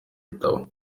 ibitabo